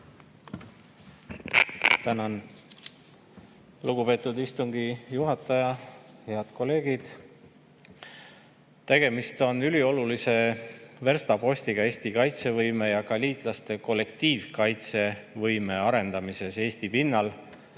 Tänan, lugupeetud istungi juhataja! Head kolleegid! Tegemist on üliolulise verstapostiga Eesti kaitsevõime ja ka liitlaste kollektiivkaitsevõime arendamises Eesti pinnal,